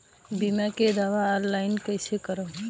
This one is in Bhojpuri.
बीमा के दावा ऑनलाइन कैसे करेम?